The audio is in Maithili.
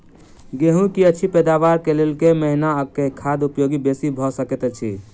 गेंहूँ की अछि पैदावार केँ लेल केँ महीना आ केँ खाद उपयोगी बेसी भऽ सकैत अछि?